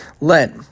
let